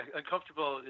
uncomfortable